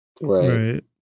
right